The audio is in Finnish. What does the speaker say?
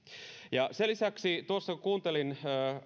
sen lisäksi kun tuossa kuuntelin